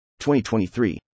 2023